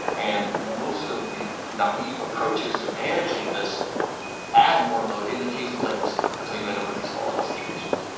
and most of the naive approaches to managing this ad more load in the case of latency, and so you end up with this horrible situations.